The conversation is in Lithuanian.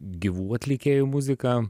gyvų atlikėjų muziką